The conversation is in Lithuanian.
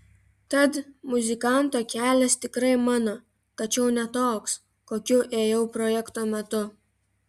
tad muzikanto kelias tikrai mano tačiau ne toks kokiu ėjau projekto metu